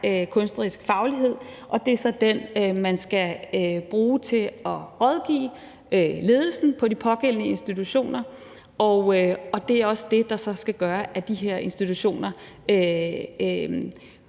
kunstnerisk faglighed, som er den, man skal bruge til at rådgive ledelsen på de pågældende institutioner. Og det er så også det, der skal gøre, at de her institutioner